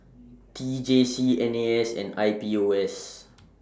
T J C N A S and I P O S